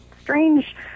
strange